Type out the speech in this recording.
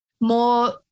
more